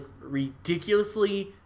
ridiculously